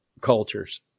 cultures